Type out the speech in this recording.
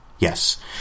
Yes